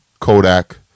Kodak